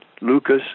Lucas